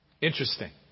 Interesting